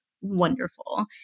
wonderful